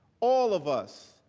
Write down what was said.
all of us.